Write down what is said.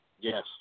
Yes